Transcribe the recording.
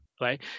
right